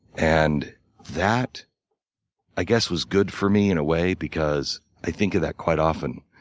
and that i guess was good for me in a way because i think of that quite often.